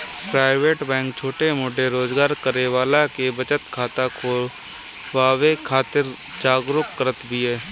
private bank छोट मोट रोजगार करे वाला के बचत खाता खोलवावे खातिर जागरुक करत बिया